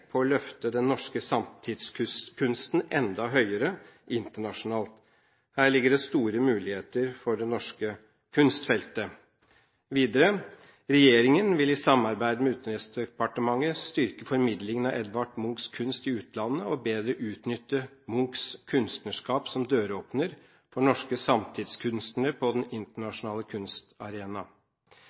på å løfte den norske samtidskunsten enda høyere internasjonalt. Her ligger det store muligheter for det norske kunstfeltet.» Videre: Regjeringen vil «i samarbeid med Utenriksdepartementet styrke formidlingen av Edvard Munchs kunst i utlandet og bedre utnytte Munchs kunstnerskap som døråpner for norske samtidskunstnere på den internasjonale kunstarena».